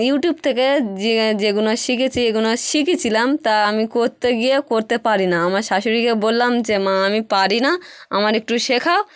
YouTube থেকে যে যেগুলো শিখেছি এগুলো শিখেছিলাম তা আমি করতে গিয়েও করতে পারি না আমার শাশুড়িকে বললাম যে মা আমি পারি না আমার একটু শেখাও